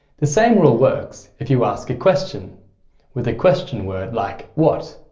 the same rule works if you ask a question with a question word like what,